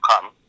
come